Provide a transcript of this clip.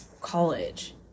college